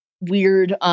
weird